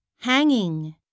hanging